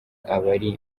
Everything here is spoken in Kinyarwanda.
abari